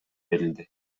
берилди